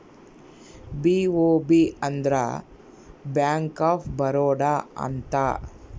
BOB ಅಂದ್ರ bank of Baroda ಅಂತ